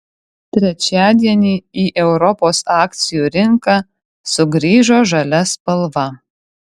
trečiadienį į europos akcijų rinką sugrįžo žalia spalva